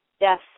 yes